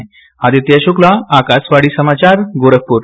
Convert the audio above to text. आदित्य शुक्ला आकाशवाणी समाचार गोरखपुर